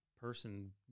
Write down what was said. person